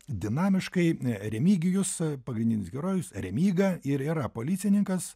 dinamiškai remigijus pagrindinis herojus remyga ir yra policininkas